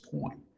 point